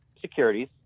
securities